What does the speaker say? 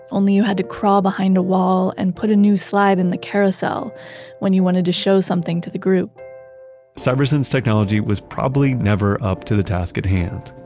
only you had to crawl behind a wall and put a new slide in the carousel when you wanted to show something to the group cybersyn's technology was probably never up to the task at hand,